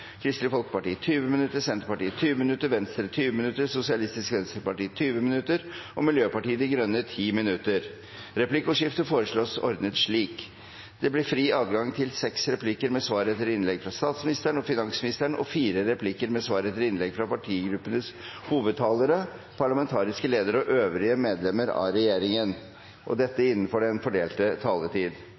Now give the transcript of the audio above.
Kristelig Folkeparti 20 minutter, Senterpartiet 20 minutter, Venstre 20 minutter, Sosialistisk Venstreparti 20 minutter og Miljøpartiet De Grønne 10 minutter. Replikkordskiftet foreslås ordnet slik: Det blir adgang til seks replikker med svar etter innlegg fra statsministeren og finansministeren og fire replikker med svar etter innlegg av partigruppenes hovedtalere, parlamentariske ledere og øvrige medlemmer av regjeringen – innenfor den fordelte taletid.